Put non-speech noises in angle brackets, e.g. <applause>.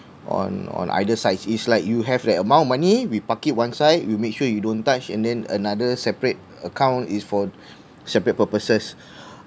on on either side is like you have that amount of money we park one side you make sure you don't touch and then another separate account is for separate purposes <breath>